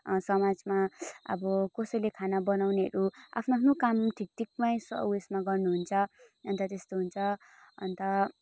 समाजमा अब कसैले खाना बनाउनेहरू आफ्नो काम ठिक ठिकमै स उयेसमा गर्नुहुन्छ अन्त त्यस्तो हुन्छ अन्त